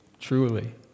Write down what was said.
truly